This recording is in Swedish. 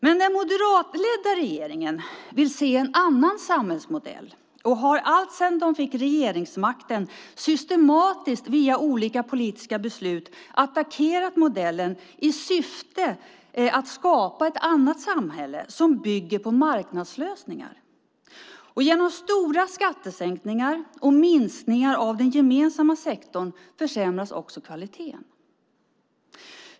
Men den moderatledda regeringen vill se en annan samhällsmodell och har alltsedan den fick regeringsmakten systematiskt via olika politiska beslut attackerat modellen i syfte att skapa ett annat samhälle, som bygger på marknadslösningar. Genom stora skattesänkningar och minskningar av den gemensamma sektorn försämras också kvaliteten.